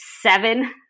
seven